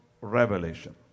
revelation